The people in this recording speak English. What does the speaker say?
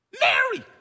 Mary